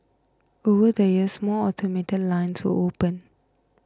over the years more automated line to open